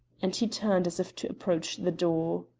and he turned as if to approach the door.